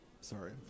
Sorry